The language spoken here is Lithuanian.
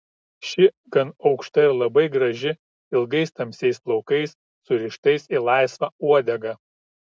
ši gan aukšta ir labai graži ilgais tamsiais plaukais surištais į laisvą uodegą